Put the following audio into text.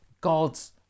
God's